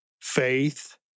faith